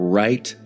right